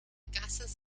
gases